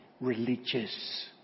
religious